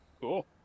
Cool